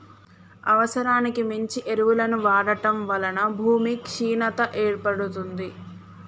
అవసరానికి మించి ఎరువులను వాడటం వలన భూమి క్షీణత ఏర్పడుతుంది